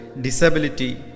disability